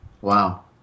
Wow